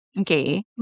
okay